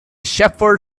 shepherd